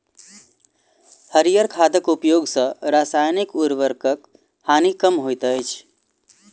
हरीयर खादक उपयोग सॅ रासायनिक उर्वरकक हानि कम होइत अछि